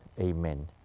Amen